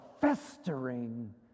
festering